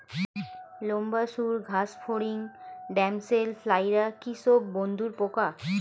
লম্বা সুড় ঘাসফড়িং ড্যামসেল ফ্লাইরা কি সব বন্ধুর পোকা?